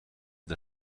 the